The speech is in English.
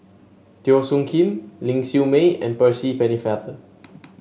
Teo Soon Kim Ling Siew May and Percy Pennefather